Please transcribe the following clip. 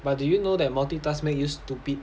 but did you know that multitask make you stupid